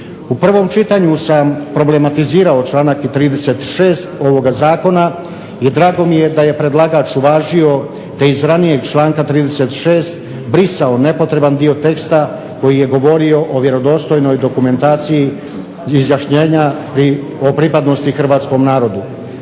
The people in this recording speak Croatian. U prvom čitanju sam problematizirao članak 36. ovoga zakona, i drago mi je da je predlagač uvažio te iz ranijeg članka 36. brisao nepotreban dio teksta koji je govorio o vjerodostojnoj dokumentaciji izjašnjenja o pripadnosti hrvatskom narodu.